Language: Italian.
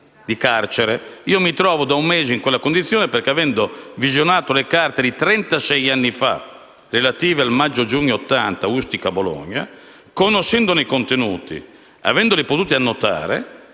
Io mi trovo da un mese in questa condizione, perché, avendo visionato le carte di trentasei anni fa, relative al maggio‑giugno 1980 (Ustica e Bologna), conoscendone i contenuti ed avendoli potuti annotare,